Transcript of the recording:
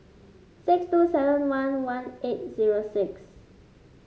six two seven one one eight zero six